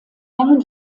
langen